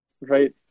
right